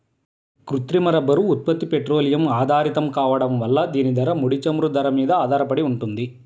కృత్రిమ రబ్బరు ఉత్పత్తి పెట్రోలియం ఆధారితం కావడం వల్ల దీని ధర, ముడి చమురు ధర మీద ఆధారపడి ఉంటుంది